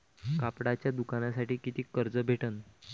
कापडाच्या दुकानासाठी कितीक कर्ज भेटन?